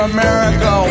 America